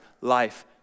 life